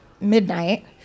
midnight